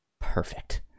perfect